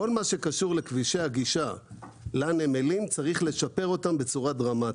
כל מה שקשור לכבישי הגישה לנמלים צריך לשפר בצורה דרמטית,